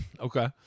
Okay